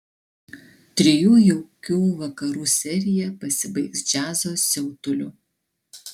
trijų jaukių vakarų serija pasibaigs džiazo siautuliu